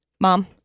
Mom